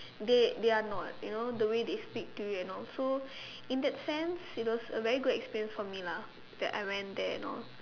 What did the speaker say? they they are not you know the way they speak to you and all so in that sense it was a very good experience for me lah that I went there and all